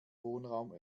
wohnraum